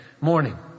morning